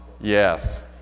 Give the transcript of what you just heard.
Yes